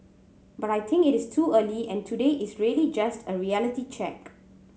but I think it is too early and today is really just a reality check